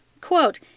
Quote